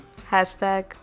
hashtag